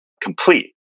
complete